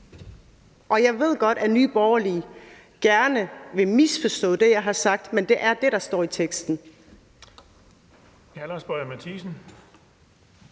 Og jeg ved godt, at Nye Borgerlige gerne vil misforstå det, jeg har sagt, men det er det, der står i teksten.